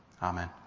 Amen